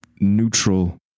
neutral